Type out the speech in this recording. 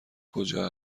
کجا